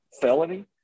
felony